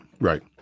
Right